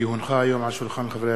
כי הונחו היום על שולחן הכנסת,